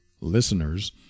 listeners